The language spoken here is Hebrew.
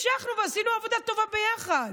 המשכנו ועשינו עבודה טובה ביחד?